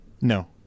No